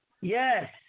Yes